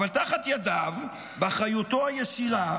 אבל תחת ידיו, באחריותו הישירה,